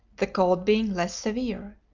the cold being less severe.